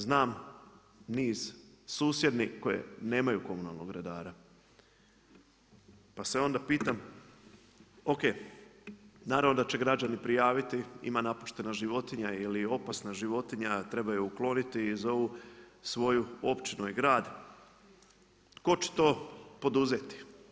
Znam niz susjednih koje nemaju komunalnog redara, pa se onda pitam o.k. naravno da će građani prijaviti ima napuštena životinja ili opasna životinja, treba je ukloniti i zovu svoju općinu i grad, tko će to poduzeti?